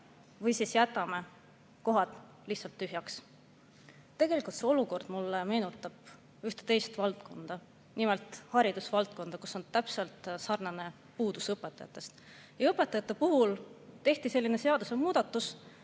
või siis jätame kohad lihtsalt tühjaks? Tegelikult see olukord meenutab mulle ühte teist valdkonda, nimelt haridusvaldkonda, kus on täpselt sarnane puudus õpetajatest. Õpetajate puhul tehti selline seadusmuudatus,